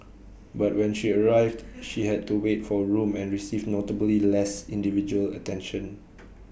but when she arrived she had to wait for A room and received notably less individual attention